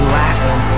laughing